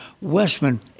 westman